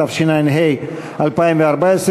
התשע"ה 2014,